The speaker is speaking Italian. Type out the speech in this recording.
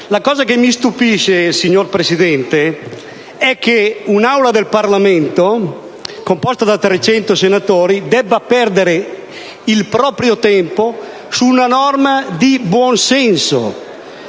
egregiamente. Mi stupisce, signora Presidente, che un'Aula del Parlamento, composta da più di 300 senatori, debba perdere il proprio tempo su una norma di buon senso,